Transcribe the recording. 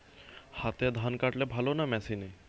হাতে ধান কাটলে ভালো না মেশিনে?